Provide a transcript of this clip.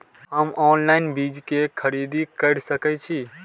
हम ऑनलाइन बीज के खरीदी केर सके छी?